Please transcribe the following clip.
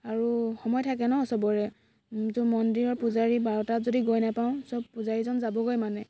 আৰু সময় থাকে ন চবৰে যোন মন্দিৰৰ পূজাৰী বাৰটাত যদি গৈ নাপাওঁ চব পূজাৰীজন যাবগৈ মানে